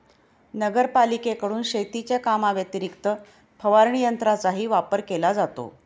नगरपालिकेकडून शेतीच्या कामाव्यतिरिक्त फवारणी यंत्राचाही वापर केला जातो